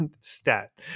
stat